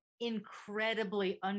incredibly